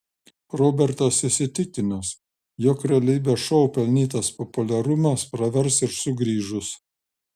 robertas įsitikinęs jog realybės šou pelnytas populiarumas pravers ir sugrįžus